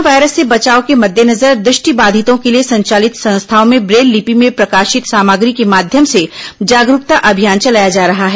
corona virus से बचाव के मद्देनजर दृष्टिबाधितों के लिए संचालित संस्थाओं में ब्रेल लिपि में प्रकाशित सामग्री के माध्यम से जागरूकता अभियान चलाया जा रहा है